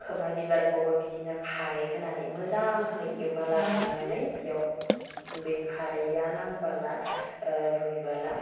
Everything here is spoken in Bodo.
खोमा बिबारखौबो बिदिनो खारै होनानै मोजांहै एवनानै लाग्रोनानै बेयाव बे खारैआ नांबाला रुइबोला